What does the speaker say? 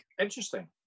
Interesting